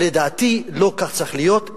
ולדעתי לא כך צריך להיות,